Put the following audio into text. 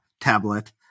tablet